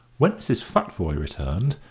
when mrs. futvoye returned,